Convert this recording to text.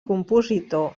compositor